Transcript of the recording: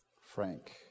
Frank